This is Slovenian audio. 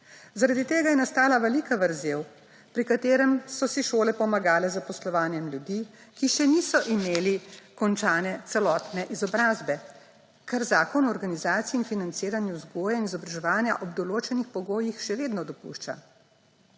Zaradi tega je nastala velika vrzel, pri kateri so si šole pomagale z zaposlovanjem ljudi, ki še niso imeli končane celotne izobrazbe, kar Zakon o organizaciji in financiranju vzgoje in izobraževanja ob določenih pogojih še vedno dopušča.